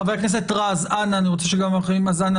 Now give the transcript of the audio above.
חבר הכנסת רז, אנא אני רוצה שגם אחרים ידברו.